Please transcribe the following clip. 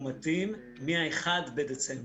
מאומתים מה-1 בדצמבר.